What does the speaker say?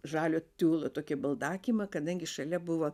žalio tiulo tokį baldakimą kadangi šalia buvo